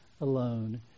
alone